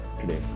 today